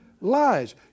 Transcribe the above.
Lies